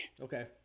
Okay